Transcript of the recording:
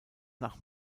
nach